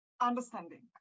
understanding